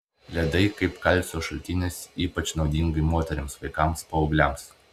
ledai kaip kalcio šaltinis ypač naudingi moterims vaikams paaugliams